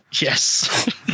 Yes